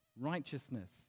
righteousness